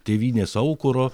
tėvynės aukuro